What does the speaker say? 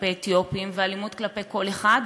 כלפי אתיופים ואלימות כלפי כל אחד,